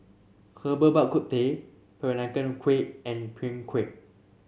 Herbal Bak Ku Teh Peranakan Kueh and Png Kueh